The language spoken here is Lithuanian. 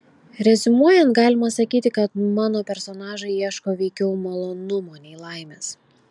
reziumuojant galima sakyti kad mano personažai ieško veikiau malonumo nei laimės